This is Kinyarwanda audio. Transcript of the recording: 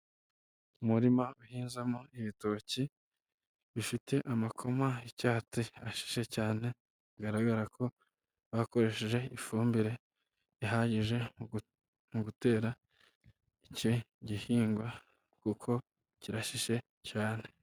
Umurima uhinzamo ibitoki, bifite amakoma y'icyatsi ashishye cyane, bigaragara ko bakoresheje ifumbire ihagije, mu gutera iki gihingwa, kuko kirashishe cyane.